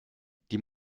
die